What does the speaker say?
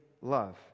love